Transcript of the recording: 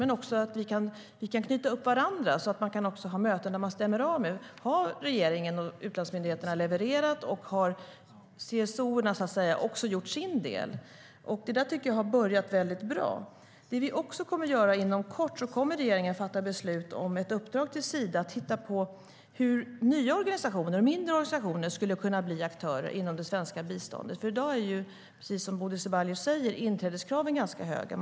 Men det handlar också om att vi kan knyta upp varandra, så att man kan ha möten där man stämmer av: Har regeringen och utlandsmyndigheterna levererat, och har CSO:erna gjort sin del? Det tycker jag har börjat väldigt bra. Inom kort kommer regeringen också att fatta beslut om ett uppdrag till Sida som handlar om att man ska titta på hur nya organisationer och mindre organisationer skulle kunna bli aktörer när det gäller det svenska biståndet. I dag är, precis som Bodil Ceballos säger, inträdeskraven ganska höga.